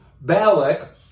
Balak